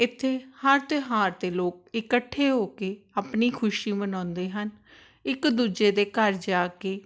ਇੱਥੇ ਹਰ ਤਿਉਹਾਰ 'ਤੇ ਲੋਕ ਇੱਕਠੇ ਹੋ ਕੇ ਆਪਣੀ ਖੁਸ਼ੀ ਮਨਾਉਂਦੇ ਹਨ ਇੱਕ ਦੂਜੇ ਦੇ ਘਰ ਜਾ ਕੇ